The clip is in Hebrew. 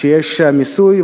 שיש מיסוי,